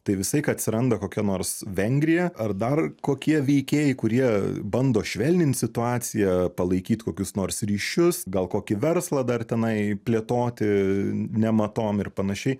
tai visą laiką atsiranda kokia nors vengrija ar dar kokie veikėjai kurie bando švelnint situaciją palaikyt kokius nors ryšius gal kokį verslą dar tenai plėtoti nematom ir panašiai